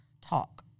talk